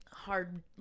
hard